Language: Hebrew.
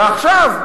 ועכשיו,